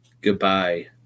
Goodbye